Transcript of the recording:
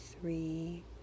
three